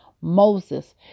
Moses